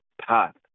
path